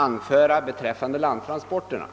anföras beträffande landtransporterna.